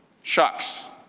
shucks,